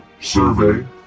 survey